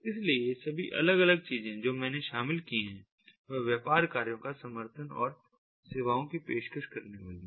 इसलिए ये सभी अलग अलग चीजें जो मैंने शामिल की वह व्यापार कार्यों का समर्थन और सेवाओं की पेशकश करने वाली हैं